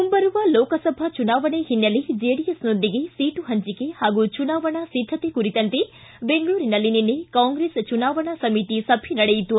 ಮುಂಬರುವ ಲೋಕಸಭಾ ಚುನಾವಣಾ ಹಿನ್ನೆಲೆ ಜೆಡಿಎಸ್ನೊಂದಿಗೆ ಸೀಟು ಹಂಚಿಕೆ ಹಾಗೂ ಚುನಾವಣಾ ಸಿದ್ಧತೆ ಕುರಿತಂತೆ ಬೆಂಗಳೂರಿನಲ್ಲಿ ನಿನ್ನೆ ಕಾಂಗ್ರೆಸ್ ಚುನಾವಣಾ ಸಮಿತಿ ಸಭೆ ನಡೆಯಿತು